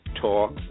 Talk